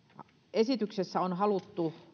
esityksessä on haluttu